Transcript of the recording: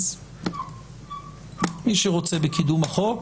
אז מי שרוצה בקידום החוק,